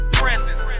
presence